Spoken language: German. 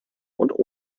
und